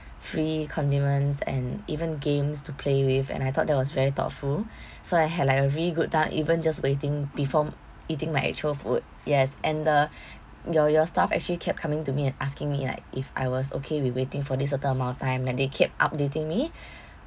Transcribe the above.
free condiments and even games to play with and I thought that was very thoughtful so I had like a really good time even just waiting before eating my actual food yes and the your your staff actually kept coming to me and asking me like if I was okay with waiting for this certain amount of time and they kept updating me